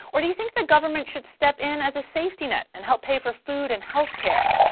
or do you think the government should step in as a safety net and help pay for food and healthcare?